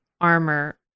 armor